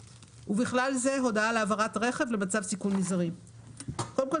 ובכלל זה הודעה על העברת רכב למצב סיכון מזערי; קודם כול,